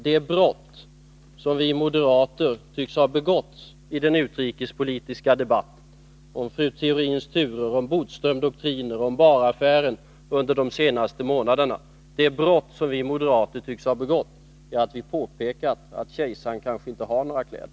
De brott som vi moderater tycks ha begått i den utrikespolitiska debatten — om fru Theorins turer, om Bodströmdoktriner och om Bahr-affären — under de senaste månaderna är att vi påpekade att kejsaren kanske inte har några kläder.